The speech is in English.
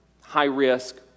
high-risk